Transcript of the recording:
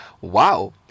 wow